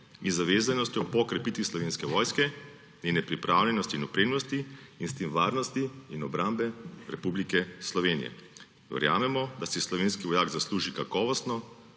in zavezanostjo po krepitvi Slovenske vojske, njene pripravljenosti in opremljenosti s tem varnosti in obrambe Republike Slovenije. Verjamemo, da si slovenski vojak zasluži kakovostno,